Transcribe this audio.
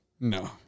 No